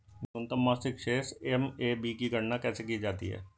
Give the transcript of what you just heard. न्यूनतम मासिक शेष एम.ए.बी की गणना कैसे की जाती है?